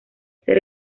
ser